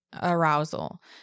Arousal